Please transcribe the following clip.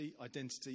identity